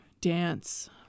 dance